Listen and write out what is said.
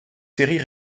séries